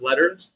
letters